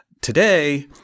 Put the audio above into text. Today